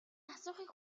асуухыг